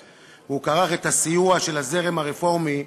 הוא כרך את הסיוע של הזרם הרפורמי